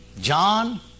John